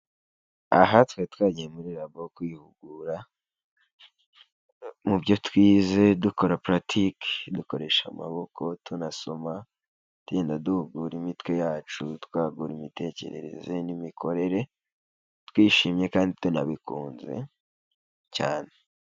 Aha twari twagiye muri rabo kwihugura mu byo twize, dukora puritike, dukoresha amaboko, tunasoma, tugenda duhugura imitwe yacu, twagura imitekerereze n’imikorere, twishimye kandi tunabikunze cyane.